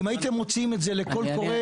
אם הייתם מוציאים את זה לקול קורא,